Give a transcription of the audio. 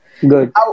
Good